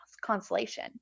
consolation